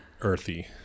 earthy